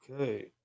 Okay